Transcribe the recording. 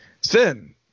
Sin